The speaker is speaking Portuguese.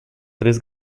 três